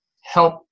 help